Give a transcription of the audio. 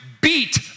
beat